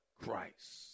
Christ